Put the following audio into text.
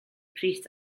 pris